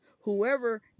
Whoever